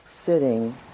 sitting